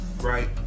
Right